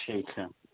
ٹھیک ہے